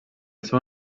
seu